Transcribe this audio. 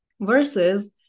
versus